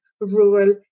rural